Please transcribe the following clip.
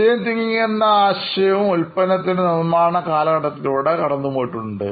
design thinking എന്ന ആശയവും ഉൽപ്പന്നത്തിൻറെ നിർമ്മാണ കാലഘട്ടത്തിലൂടെ കടന്നു പോയിട്ടുണ്ട്